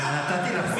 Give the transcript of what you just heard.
נתתי לך.